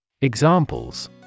Examples